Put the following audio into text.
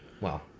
Wow